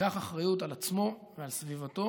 ייקח אחריות על עצמו ועל סביבתו